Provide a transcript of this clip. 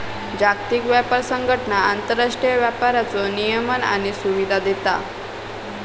जागतिक व्यापार संघटना आंतरराष्ट्रीय व्यापाराचो नियमन आणि सुविधा देता